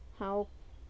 ಹಾಂ ಓ